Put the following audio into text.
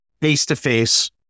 face-to-face